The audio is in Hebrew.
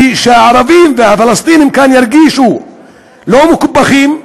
שהערבים והפלסטינים כאן ירגישו לא מקופחים.